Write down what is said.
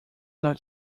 not